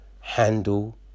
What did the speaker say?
handle